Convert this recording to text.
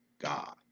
God